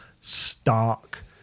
stark